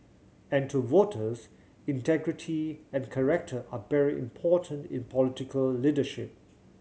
and to voters integrity and character are very important in political leadership